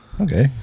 Okay